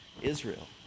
israel